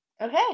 Okay